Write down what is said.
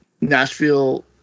Nashville